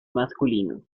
masculinos